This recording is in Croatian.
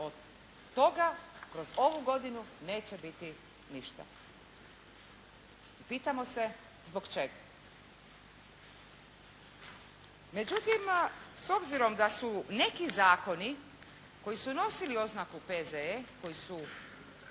… toga kroz ovu godinu neće biti ništa. Pitamo se zbog čega? Međutim s obzirom da su neki zakoni koji su nosili oznaku P.Z.E., koji su